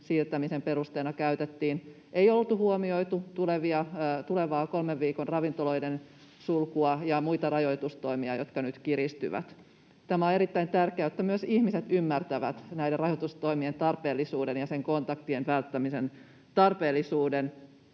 siirtämisen perusteena käytettiin, ei oltu huomioitu tulevaa kolmen viikon ravintoloiden sulkua ja muita rajoitustoimia, jotka nyt kiristyvät. Tämä on erittäin tärkeää, jotta myös ihmiset ymmärtävät näiden rajoitustoimien tarpeellisuuden ja kontaktien välttämisen tarpeellisuuden,